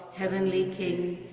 heavenly king,